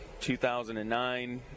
2009